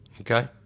Okay